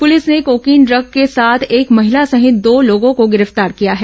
police ने cocaine इग्स के साथ एक महिला सहित दो लोगों को गिरफ्तार ँकिया है